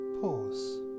Pause